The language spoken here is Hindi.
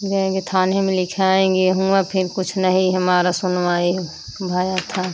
जाएँगे थाने में लिखाएँगे हुआँ फिर कुछ नहीं हमारा सुनवाई भया था